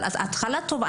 אבל התחלה טובה,